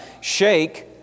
shake